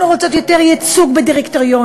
אנחנו רוצות יותר ייצוג בדירקטוריונים,